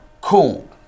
Cool